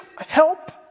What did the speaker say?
help